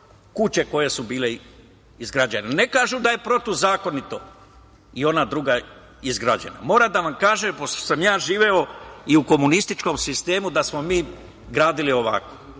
kuće koje su bile izgrađene. Ne kažu da je protivzakonito i ona druga izgrađena. Moram da vam kažem, pošto sam ja živeo i u komunističkom sistemu, da smo mi gradili ovako